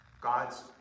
God's